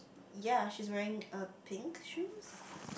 ya she's wearing a pink shoes